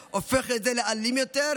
הופך את זה באופן אוטומטי לאלים יותר.